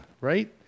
right